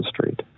Street